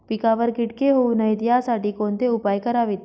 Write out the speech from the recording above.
पिकावर किटके होऊ नयेत यासाठी कोणते उपाय करावेत?